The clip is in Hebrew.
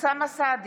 אוסאמה סעדי,